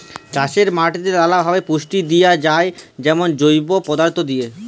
চাষের মাটিতে লালাভাবে পুষ্টি দিঁয়া যায় যেমল জৈব পদাথ্থ দিঁয়ে